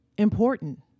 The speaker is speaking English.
important